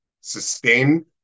sustain